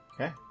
Okay